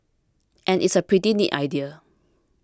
and it's a pretty neat idea